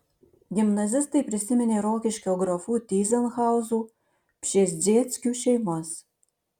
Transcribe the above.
gimnazistai prisiminė rokiškio grafų tyzenhauzų pšezdzieckių šeimas